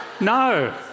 No